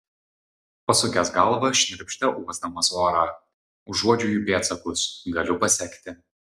pasukęs galvą šnirpštė uosdamas orą užuodžiu jų pėdsakus galiu pasekti